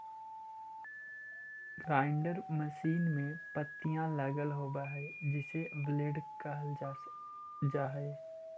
grinder machine में पत्तियाँ लगल होव हई जिसे ब्लेड कहल जा हई